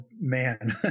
man